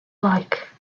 like